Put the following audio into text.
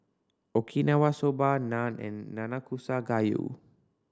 Okinawa Soba Naan and Nanakusa Gayu